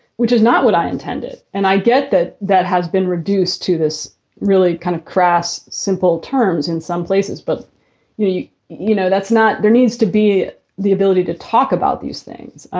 which is not what i intended. and i get that that has been reduced to this really kind of crass, simple terms in some places. but you you you know, that's not there needs to be the ability to talk about these things.